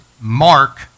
Mark